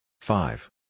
Five